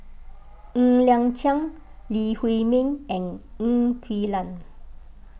Ng Liang Chiang Lee Huei Min and Ng Quee Lam